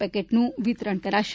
પેકેટનું વિતરણ કરાશે